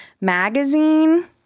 Magazine